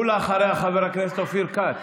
ואחריה, חבר הכנסת אופיר כץ,